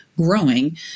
growing